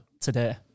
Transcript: today